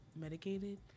medicated